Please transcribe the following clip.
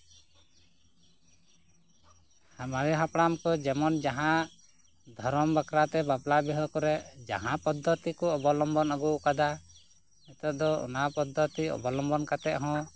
ᱢᱟᱨᱮ ᱦᱟᱯᱲᱟᱢ ᱠᱚ ᱡᱮᱢᱚᱱ ᱡᱟᱦᱟᱸᱭ ᱡᱟᱦᱟᱸ ᱫᱷᱚᱨᱚᱢ ᱵᱟᱠᱷᱨᱟᱛᱮ ᱵᱟᱯᱞᱟ ᱵᱤᱦᱟᱹ ᱠᱚᱨᱮ ᱡᱟᱦᱟᱸ ᱯᱚᱫᱽᱫᱷᱚᱛᱤ ᱠᱚ ᱚᱵᱚᱞᱚᱢᱵᱚᱱ ᱟᱜᱩᱣᱟᱠᱟᱫᱟ ᱱᱤᱛᱚᱜ ᱫᱚ ᱚᱱᱟ ᱯᱚᱫᱽᱫᱷᱚᱛᱤ ᱚᱵᱚᱞᱚᱢᱵᱚᱱ ᱠᱟᱛᱮ ᱦᱚᱸ